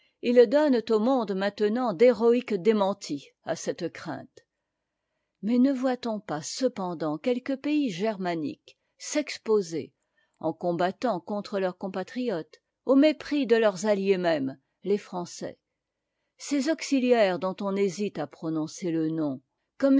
ils donnent au mon'de maintenant d'héroïques démentis à cette crainte mais ne voit-on pas cependant quelques pays germaniques s'exposer en combattant contre leurs compatriotes au mépris de leurs alliés mêmes les français ces auxiliaires dont on hésite à prononcer le nom